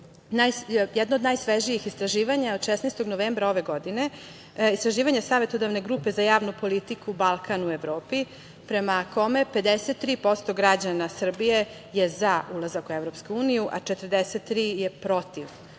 način. Jedno od najsvežijih istraživanja od 16. novembra ove godine, istraživanje savetodavne grupe za javnu politiku Balkan u Evropi, prema kome 53% građana Srbije je za ulazak u EU, a 43% je protiv